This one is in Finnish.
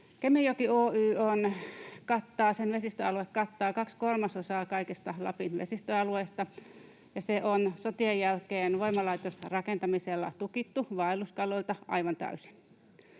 Kemijoki Oy:n vesistöalue kattaa kaksi kolmasosaa kaikista Lapin vesistöalueista, ja se on sotien jälkeen voimalaitosrakentamisella tukittu vaelluskaloilta aivan täysin.